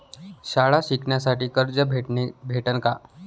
शाळा शिकासाठी कर्ज भेटन का?